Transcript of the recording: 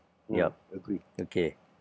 yup okay